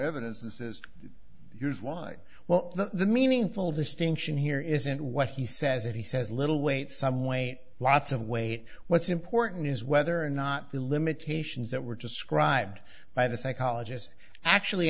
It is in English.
says here's why well the meaningful distinction here isn't what he says it he says little weight some weight lots of weight what's important is whether or not the limitations that were described by the psychologist actually